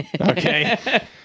Okay